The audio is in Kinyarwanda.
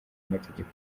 amategeko